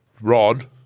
Rod